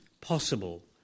possible